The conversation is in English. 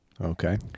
Okay